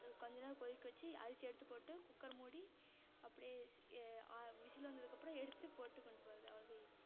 இதை கொஞ்ச நேரம் கொதிக்க வச்சு அரிசியை எடுத்து போட்டு குக்கர் மூடி அப்படியே விசில் விசில் வந்ததுக்கப்புறம் எடுத்து போட்டு கொண்டு போவது அவ்வளோதான் ஈஸி